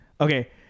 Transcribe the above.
okay